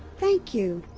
thank you.